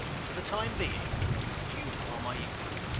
for the time being you are my equal.